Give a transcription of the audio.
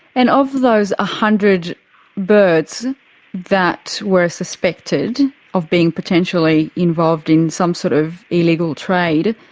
and of those ah hundred birds that were suspected of being potentially involved in some sort of illegal trade,